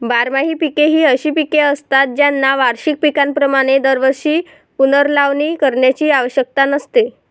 बारमाही पिके ही अशी पिके असतात ज्यांना वार्षिक पिकांप्रमाणे दरवर्षी पुनर्लावणी करण्याची आवश्यकता नसते